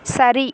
சரி